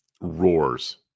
roars